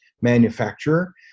manufacturer